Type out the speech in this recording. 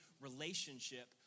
relationship